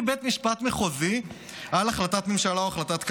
בית משפט מחוזי על החלטת ממשלה או החלטת קבינט,